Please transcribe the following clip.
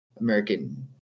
American